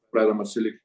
pradedam atsilikt